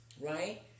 right